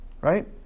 right